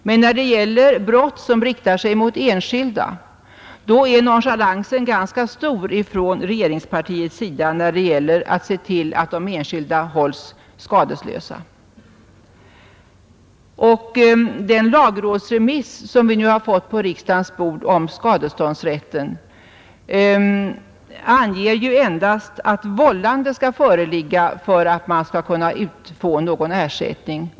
Men i fråga om brott som riktar sig mot enskilda är nonchalansen ganska stor från regeringspartiets sida när det gäller att se till att de enskilda hålls skadeslösa. Den lagrådsremiss om skadeståndsrätten som vi nu har fått på riksdagens bord anger ju endast att vållande skall föreligga för att man skall kunna utfå någon ersättning.